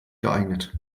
geeignet